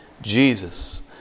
Jesus